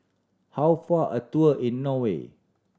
how far a tour in Norway